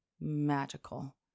magical